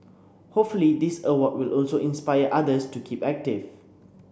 hopefully this award will also inspire others to keep active